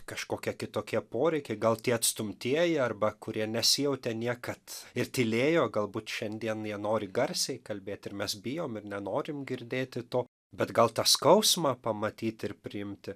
kažkokie kitokie poreikiai gal tie atstumtieji arba kurie nesijautė niekad ir tylėjo galbūt šiandien jie nori garsiai kalbėt ir mes bijom ir nenorim girdėti to bet gal tą skausmą pamatyti ir priimti